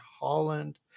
Holland